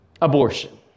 Abortion